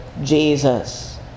Jesus